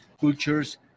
cultures